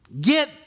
Get